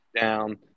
down